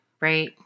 right